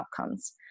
outcomes